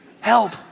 Help